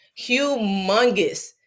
humongous